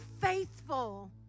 faithful